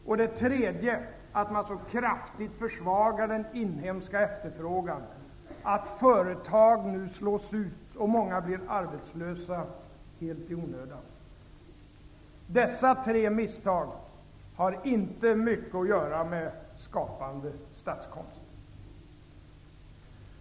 Och det tredje var att man så kraftigt försvagat den inhemska efterfrågan att företag nu slås ut och många blir arbetslösa helt i onödan. Dessa tre misstag har inte mycket att göra med skapande statskonst.